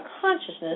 consciousness